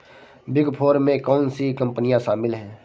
Big four में कौन सी कंपनियाँ शामिल हैं?